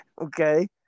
okay